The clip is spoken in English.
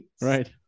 Right